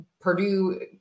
Purdue